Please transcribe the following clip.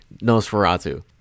nosferatu